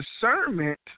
discernment